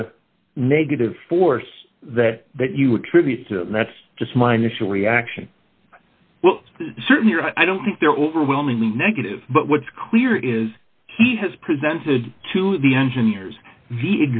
the negative force that that you attribute to that's just my initial reaction well certainly i don't think they're overwhelmingly negative but what's clear is he has presented to the engineers the